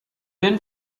been